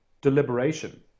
deliberation